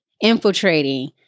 infiltrating